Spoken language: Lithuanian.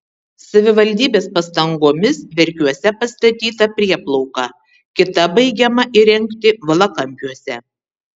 savivaldybės pastangomis verkiuose pastatyta prieplauka kita baigiama įrengti valakampiuose